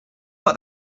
what